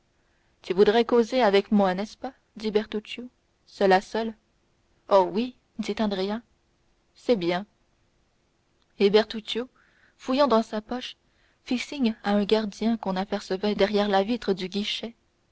tu voudrais causer avec moi n'est-ce pas dit bertuccio seul à seul oh oui dit andrea c'est bien et bertuccio fouillant dans sa poche fit signe à un gardien qu'on apercevait derrière la vitre du guichet